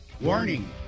Warning